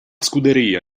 scuderia